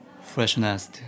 freshness